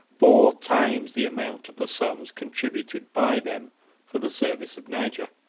four times the amount of the sums contributed by them for the service of niger.